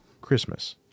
Christmas